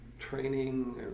training